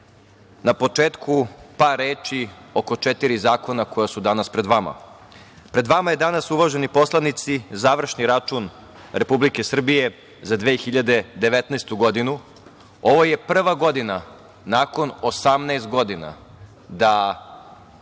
na početku par reči oko četiri zakona koja su danas pred vama. Pred vama je danas, uvaženi poslanici, završni račun Republike Srbije za 2019. godinu. Ovo je prva godina nakon 18 godina da